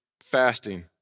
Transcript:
fasting